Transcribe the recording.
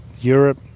Europe